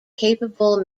capable